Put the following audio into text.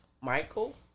Michael